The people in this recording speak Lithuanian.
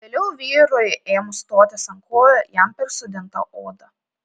vėliau vyrui ėmus stotis ant kojų jam persodinta oda